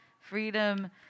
freedom